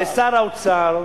לשר האוצר,